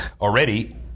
Already